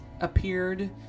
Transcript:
appeared